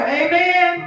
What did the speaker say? amen